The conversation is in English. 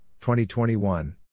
2021